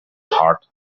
heart